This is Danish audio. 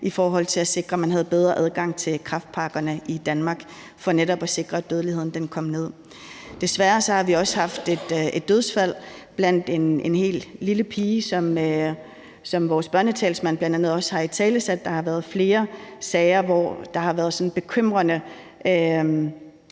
i forhold til at sikre, at man havde bedre adgang til kræftpakkerne i Danmark for netop at sikre, at dødeligheden kommer ned. Desværre har vi også haft et dødsfald – en helt lille pige – som vores børnetalsmand bl.a. også har italesat. Der har været flere sager, hvor der har været bekymrende